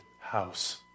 house